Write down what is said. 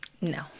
no